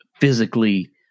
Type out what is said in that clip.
physically